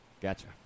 Gotcha